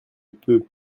peu